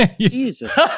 Jesus